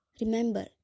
Remember